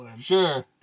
Sure